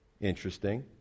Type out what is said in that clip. Interesting